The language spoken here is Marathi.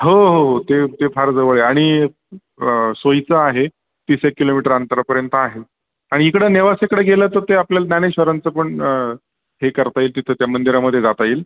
हो हो हो ते ते फार जवळ आहे आणि सोयीचं आहे तीसेक किलोमीटर अंतरापर्यंत आहे आणि इकडं नेवासेकडं गेलं तर ते आपल्याला ज्ञानेश्वरांचं पण हे करता येईल तिथं त्या मंदिरामध्ये जाता येईल